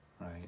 right